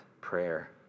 prayer